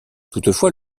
toutefois